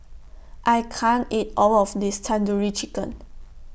I can't eat All of This Tandoori Chicken